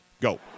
Go